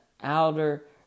outer